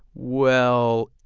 well,